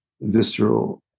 visceral